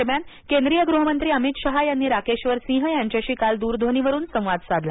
दरम्यान केंद्रीय गृहमंत्री अमित शहा यांनी राकेशर सिंह यांच्याशी काल दूरध्वनीवरून संवाद साधला